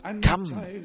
come